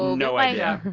no idea.